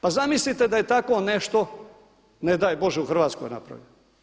Pa zamislite da je tako nešto ne daj Bože u Hrvatskoj napravljeno?